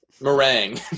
Meringue